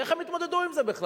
איך הם יתמודדו עם זה בכלל?